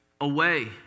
away